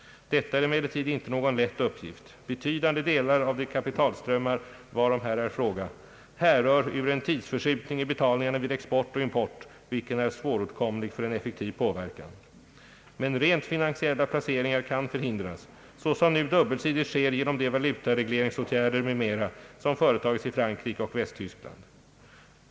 Detta är emellertid inte någon lätt uppgift. Betydande delar av de kapitalströmmar varom är fråga härrör ur en tidsförskjutning i betalningarna vid export och import, vilken är svåråtkomlig för en effektiv påverkan. Men rent finansiella placeringar kan förhindras, såsom nu dubbelsidigt sker genom de = valutaregleringsåtgärder m.m. som företagits i Frankrike och Västtyskland.